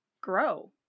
grow